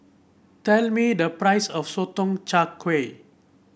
tell me the price of Sotong Char Kway